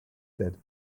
that